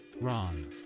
Ron